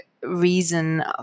reason